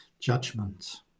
judgment